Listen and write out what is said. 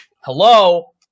hello